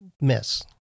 miss